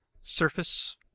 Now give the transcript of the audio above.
surface